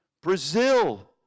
Brazil